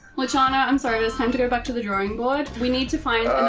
luciano, i'm sorry, it's time to go back to the drawing board. we need to find